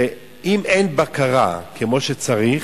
אם אין בקרה כמו שצריך,